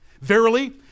Verily